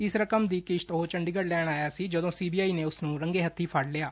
ਇਸ ਰਕਮ ਦੀ ਕਿਸ਼ਤ ਉਹ ਚੰਡੀਗੜ੍ ਲੈਣ ਆਇਆ ਸੀ ਜਦੋਂ ਸੀਬੀਆਈ ਨੇ ਉਸਨੂੰ ਰੰਗੇ ਹੱਬੀ ਫੜ ਲਿਆ